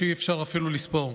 שאי-אפשר אפילו לספור".